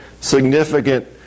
significant